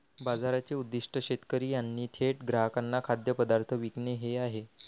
बाजाराचे उद्दीष्ट शेतकरी यांनी थेट ग्राहकांना खाद्यपदार्थ विकणे हे आहे